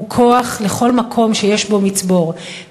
הוא כוח לכל מקום שיש בו מצבור.